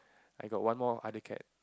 I got one more other cat